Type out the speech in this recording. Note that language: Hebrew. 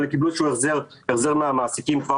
אבל הם קיבלו איזשהו החזר מהמעסיקים כבר